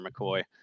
McCoy